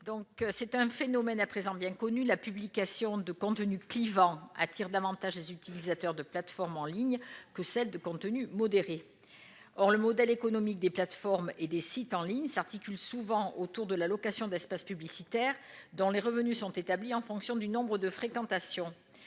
Costes. Le phénomène est à présent bien connu : la publication de contenus clivants attire davantage les utilisateurs de plateformes en ligne que celle de contenus modérés. Or le modèle économique des plateformes et des sites en ligne s'articule souvent autour de la location d'espaces publicitaires dont les revenus sont établis en fonction du nombre de fréquentations.